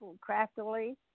craftily